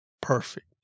perfect